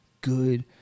good